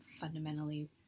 fundamentally